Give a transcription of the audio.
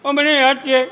ઓ મને યાદ છે